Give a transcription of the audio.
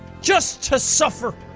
just to suffer!